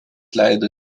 leido